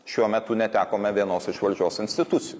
šiuo metu netekome vienos iš valdžios institucijų